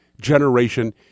generation